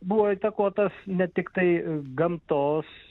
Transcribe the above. buvo įtakotas ne tiktai gamtos